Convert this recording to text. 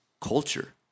culture